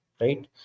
right